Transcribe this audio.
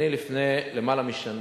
לפני למעלה משנה,